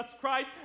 Christ